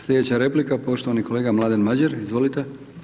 Sljedeća replika poštovani kolega Mladen Madjer. izvolite.